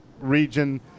region